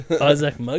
Isaac